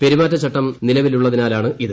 പെരുമാറ്റച്ചട്ടം നിലവിലുള്ളതിനാലാണിത്